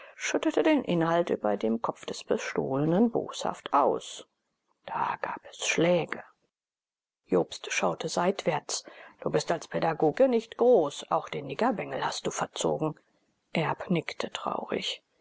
schüttete den inhalt über dem kopfe des bestohlenen boshaft aus da gab es schläge jobst schaute seitwärts du bist als pädagoge nicht groß auch den niggerbengel hast du verzogen erb nickte traurig